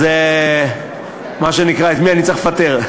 אז מה שנקרא, את מי אני צריך לפטר?